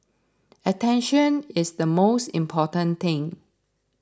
attention is the most important thing